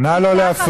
נא לא להפריע.